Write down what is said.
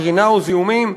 קרינה או זיהומים,